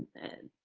and